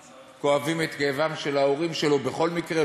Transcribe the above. כואבים את כאבם של ההורים שלו בכל מקרה,